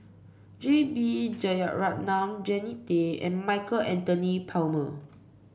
J B Jeyaretnam Jannie Tay and Michael Anthony Palmer